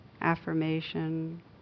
affirmation